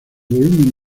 volumen